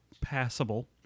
passable